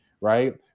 right